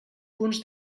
punts